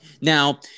Now